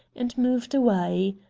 and moved away.